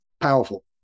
powerful